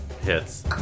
Hits